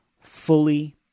fully